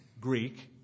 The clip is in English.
Greek